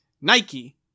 Nike